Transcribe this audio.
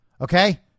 Okay